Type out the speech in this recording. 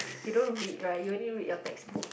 he don't read right you only read your textbook